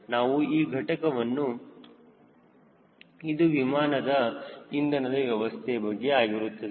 ಇದು ವಿಮಾನದ ಇಂಧನದ ವ್ಯವಸ್ಥೆಯ ಬಗ್ಗೆ ಆಗಿರುತ್ತದೆ